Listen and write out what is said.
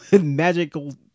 magical